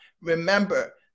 Remember